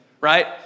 right